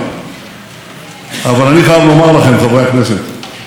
מהעז הזה יוצא מתוק.